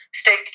stay